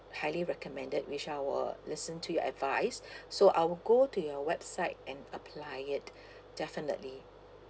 highly recommended which I will listen to your advice so I'll go to your website and apply it definitely